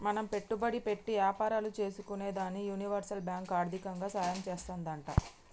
మనం పెట్టుబడి పెట్టి యాపారాలు సేసుకునేదానికి యూనివర్సల్ బాంకు ఆర్దికంగా సాయం చేత్తాదంట